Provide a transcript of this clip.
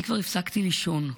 אני כבר הפסקתי לישון,